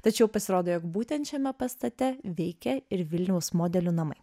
tačiau pasirodo jog būtent šiame pastate veikė ir vilniaus modelių namai